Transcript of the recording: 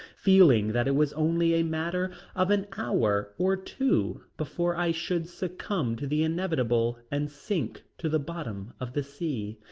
feeling that it was only a matter of an hour or two before i should succumb to the inevitable and sink to the bottom of the sea.